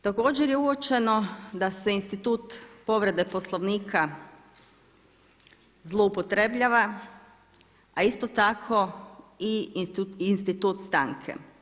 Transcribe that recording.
Također je uočeno da se institut povrede Poslovnika zloupotrebljava, a isto tako i institut stanke.